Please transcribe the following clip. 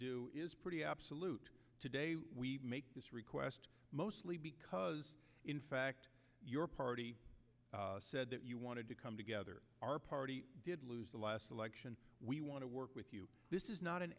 do is pretty absolute today we make this request mostly because in fact your party said that you wanted to come together our party did lose the last election we want to work with you this is not an